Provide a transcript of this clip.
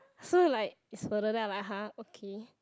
so like it's further then I like !huh! okay